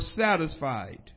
satisfied